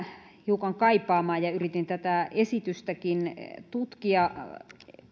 hiukan kaipaamaan yritin tätä esitystäkin tutkia